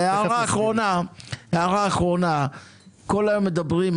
והערה אחרונה, כל היום מדברים על